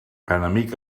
enemic